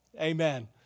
amen